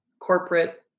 corporate